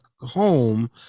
home